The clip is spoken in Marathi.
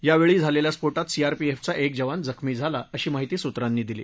यावेळी झालेल्या स्फोटात सीआरपीएफचा एक जवान जखमी झाला अशी माहिती सुत्रांनी दिली